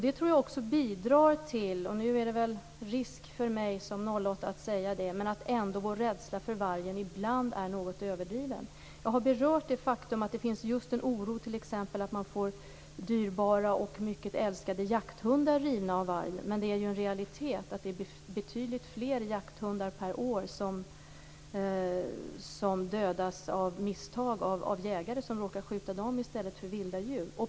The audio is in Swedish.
Det tror jag också bidrar till - det finns en risk för mig som nollåtta med att säga det - att vår rädsla för vargen ibland är något överdriven. Jag har berört det faktum att det finns en oro för att dyrbara och mycket älskade jakthundar rivs av vargen, men det är en realitet att betydligt fler jakthundar per år dödas av misstag av jägare som råkar skjuta dem i stället för vilda djur.